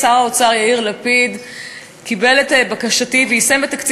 שר האוצר יאיר לפיד קיבל את בקשתי ויישם בתקציב